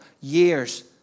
years